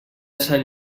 sant